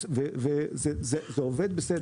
וזה עובד בסדר.